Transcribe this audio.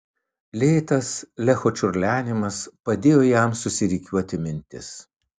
lėtas lecho čiurlenimas padėjo jam susirikiuoti mintis